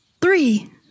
three